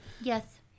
Yes